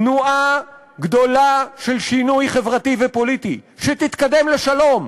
תנועה גדולה של שינוי חברתי ופוליטי שתתקדם לשלום,